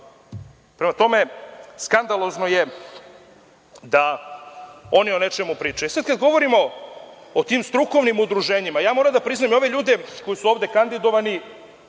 Prema tome, skandalozno je da oni o nečemu pričaju. Kada govorimo o tim strukovnim udruženjima, moram da priznam, ja ove ljude koji su ovde kandidovani